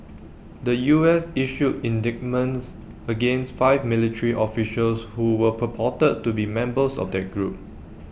the U S issued indictments against five military officials who were purported to be members of that group